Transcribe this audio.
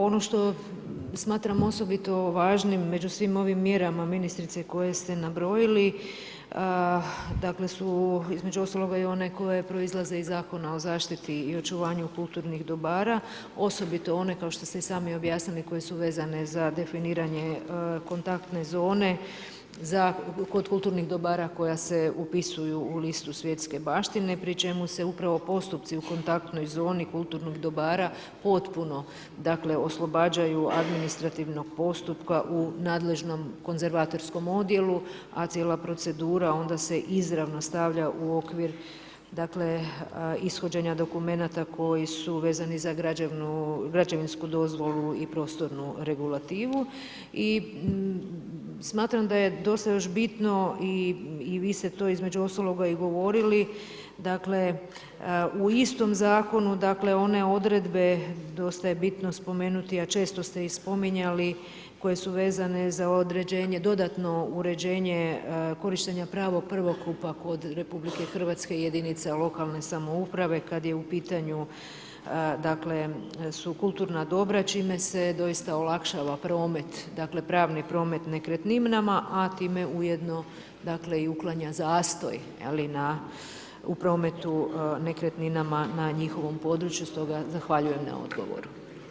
Ono što smatram osobito važnim među svim ovim mjerama ministrice koje ste nabrojili, dakle su, između ostaloga i one koje proizlaze iz Zakona o zaštiti i očuvanju kulturnih dobara, osobito one, kao što ste i sami objasnili, koje su vezane za definiranje kontaktne zone kod kulturnih dobara koja se upisuju u listu svjetske baštine pri čemu se upravo postupci u kontaktnoj zoni kulturnih dobara potpuno, dakle, oslobađaju administrativnog postupka u nadležnom konzervatorskom odjelu, a cijela procedura onda se izravno stavlja u okvir, dakle, ishođenja dokumenata koji su vezani za građevinsku dozvolu i prostornu regulativu i smatram da je dosta još bitno, i vi ste to između ostaloga i govorili, dakle, u istom zakonu, dakle, one odredbe, dosta je bitno spomenuti, a često ste ih spominjali, koje su vezane za određenje dodatno uređenje korištenje pravo prvokupa kod RH jedinica lokalne samouprave kada je u pitanju, dakle, su kulturna dobra, čime se doista olakšava promet, dakle, pravni promet nekretninama, a time ujedno, dakle, i uklanja zastoj, je li, u prometu nekretninama na njihovom području, stoga zahvaljujem na odgovoru.